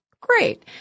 great